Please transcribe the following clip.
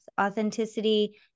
authenticity